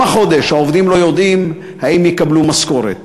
גם החודש העובדים לא יודעים אם יקבלו משכורת.